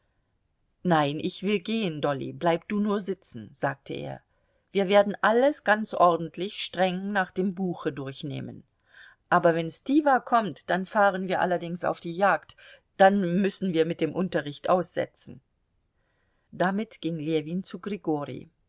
nein ich will gehen dolly bleib du nur sitzen sagte er wir werden alles ganz ordentlich streng nach dem buche durchnehmen aber wenn stiwa kommt dann fahren wir allerdings auf die jagd dann müssen wir mit dem unterricht aussetzen damit ging ljewin zu grigori